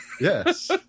Yes